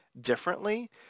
differently